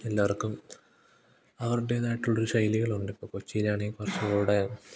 എല്ലാവർക്കും അവരുടേതായിട്ടുള്ളൊരു ശൈലികളുണ്ട് ഇപ്പോൾ കൊച്ചിയിലാണെങ്കിൽ കൊറച്ചും കൂടി